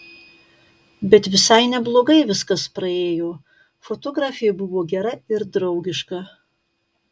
bet visai neblogai viskas praėjo fotografė buvo gera ir draugiška